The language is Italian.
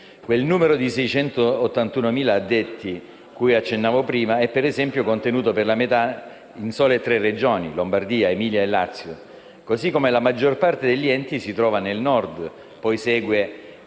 Quel numero di 681.000 addetti, cui accennavo prima, è ad esempio contenuto per la metà in sole tre Regioni - Lombardia, Emilia-Romagna e Lazio - così come la maggior parte degli enti si trova nel Nord, poi segue